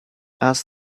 ask